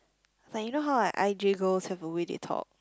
like you know how like I_J girls have a way they talk